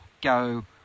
go